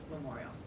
memorial